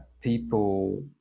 people